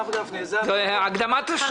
זה הקדמת תשלום.